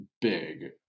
big